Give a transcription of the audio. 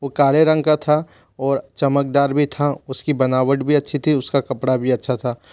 वो काले रंग का था और चमकदार भी था उसकी बनावट बी अच्छी थी उसका कपड़ा भी अच्छा था